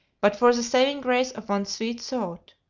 but for the saving grace of one sweet thought.